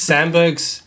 Sandberg's